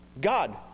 God